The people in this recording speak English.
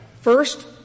first